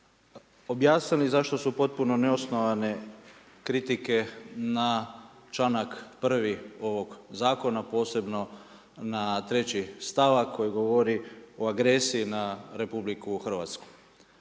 objasnili zašto su potpuno neosnovane kritike na članak 1. ovog zakona, posebno na 3. stavak koji govori o agresiji na RH.